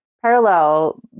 parallel